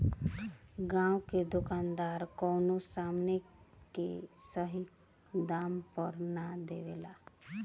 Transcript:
गांव के दुकानदार कवनो समान के सही दाम पर ना देवे ले